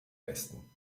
westen